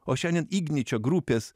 o šiandien igničio grupės